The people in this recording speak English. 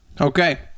Okay